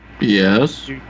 Yes